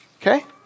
Okay